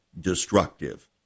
destructive